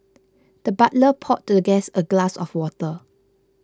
the butler poured the guest a glass of water